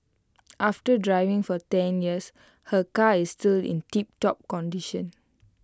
after driving for ten years her car is still in tiptop condition